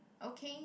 okay